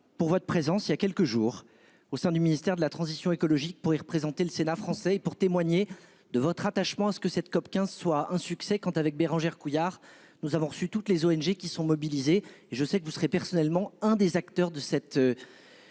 pour votre présence. Il y a quelques jours au sein du ministère de la transition écologique pourrait représenter le sénat français pour témoigner de votre attachement à ce que cette COP15 soit un succès, quand avec Bérangère Couillard. Nous avons reçu toutes les ONG qui sont mobilisés et je sais que vous serez personnellement un des acteurs de cette.